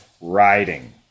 riding